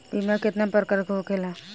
बीमा केतना प्रकार के होखे ला?